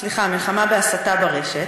סליחה, מלחמה בהסתה ברשת.